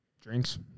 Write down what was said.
Drinks